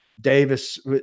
Davis